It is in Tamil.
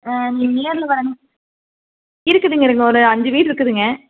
ஆ நீங்கள் நேரில் வரணும் இருக்குதுங்க இருக்குது ஒரு அஞ்சு வீடு இருக்குதுங்க